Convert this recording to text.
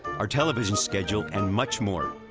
our television schedule and much more.